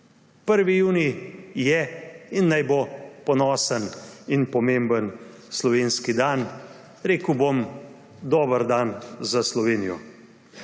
1. junij je in naj bo ponosen ter pomemben slovenski dan, rekel bom – dober dan za Slovenijo.